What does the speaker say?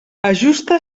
ajusta